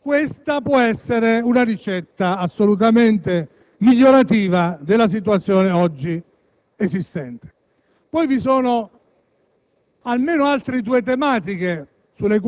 Presidente, onorevoli colleghi, mi rendo conto che le ricette possono